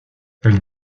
elle